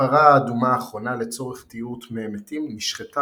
הפרה האדומה האחרונה לצורך טיהור טמאי מתים נשחטה